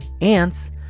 Ants